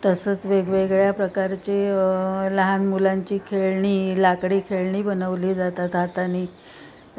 तसंच वेगवेगळ्या प्रकारचे लहान मुलांची खेळणी लाकडी खेळणी बनवली जातात हातांनी